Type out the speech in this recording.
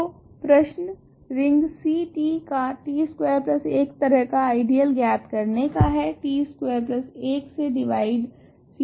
तो प्रश्न ring C t का t स्कवेर 1 तरह का आइडियल ज्ञात करने का है t स्कवेर 1 से डिवाइडेड C t